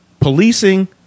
policing